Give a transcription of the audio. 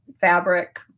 fabric